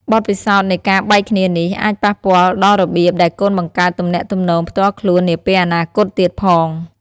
បទពិសោធន៍នៃការបែកគ្នានេះ អាចប៉ះពាល់ដល់របៀបដែលកូនបង្កើតទំនាក់ទំនងផ្ទាល់ខ្លួននាពេលអនាគតទៀតផង។